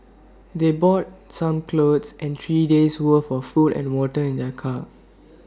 they brought some clothes and three days' worth of food and water in their car